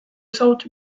south